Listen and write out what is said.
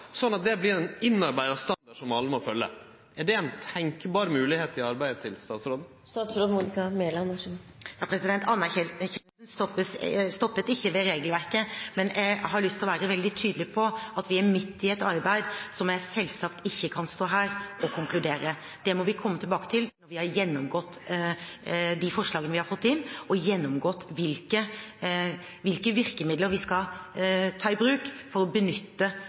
at det vert ein innarbeidd standard som alle må følgje. Er det ei tenkjeleg moglegheit i arbeidet til statsråden? Anerkjennelsen stoppet ikke ved regelverket. Jeg har lyst til å være veldig tydelig på at vi er midt i et arbeid, som jeg selvsagt ikke kan stå her og konkludere. Det må vi komme tilbake til når vi har gjennomgått de forslagene vi har fått inn, og gjennomgått hvilke virkemidler vi skal ta i bruk for å benytte